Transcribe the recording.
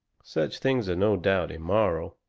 such things are no doubt immoral,